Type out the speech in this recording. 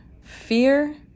fear